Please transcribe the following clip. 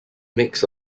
mix